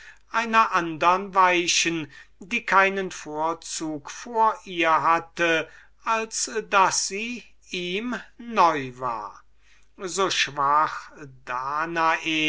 einer andern weichen die keinen vorzug vor ihr hatte als daß sie ihm neu war so schwach danae